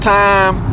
time